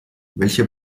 welcher